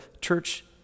church